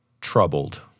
troubled